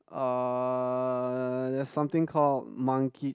err something called monkey